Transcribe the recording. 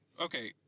Okay